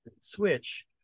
switch